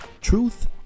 Truth